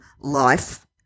life